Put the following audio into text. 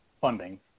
funding